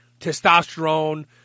testosterone